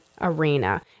arena